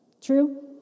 True